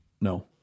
No